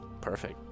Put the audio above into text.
Perfect